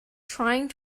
trying